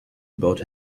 about